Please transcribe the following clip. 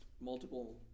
multiple